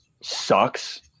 sucks